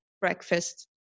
breakfast